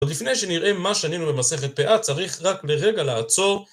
ולפני שנראה מה שנינו במסכת פאה צריך רק לרגע לעצור